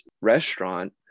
restaurant